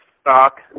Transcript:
stock